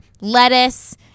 lettuce